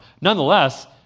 Nonetheless